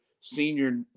senior